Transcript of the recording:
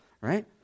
right